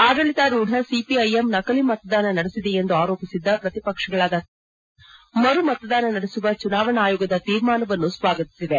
ಆಡಳಿತಾರೂಡ CPIM ನಕಲಿ ಮತದಾನ ನಡೆಸಿದೆ ಎಂದು ಆರೋಪಿಸಿದ್ದ ಪ್ರತಿಪಕ್ಷಗಳಾದ ಕಾಂಗ್ರೆಸ್ ಮತ್ತು ಬಿಜೆಪಿ ಮರು ಮತದಾನ ನಡೆಸುವ ಚುನಾವಣಾ ಆಯೋಗದ ತೀರ್ಮಾನವನ್ನು ಸ್ವಾಗತಿಸಿವೆ